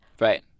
Right